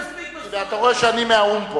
אתה רואה שאני מהאו"ם.